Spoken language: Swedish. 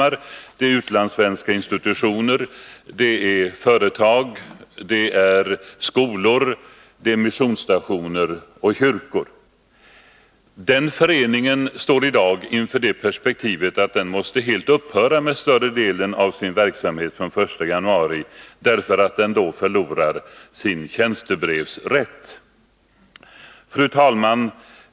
Det är också utlandssvenska institutioner, företag, skolor, missionsstationer och kyrkor. Denna förening står i dag inför det perspektivet att den måste upphöra med större delen av sin verksamhet från den 1januari 1982, därför att den då förlorar sin tjänstebrevsrätt. Fru talman!